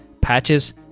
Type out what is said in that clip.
patches